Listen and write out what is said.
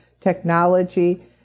technology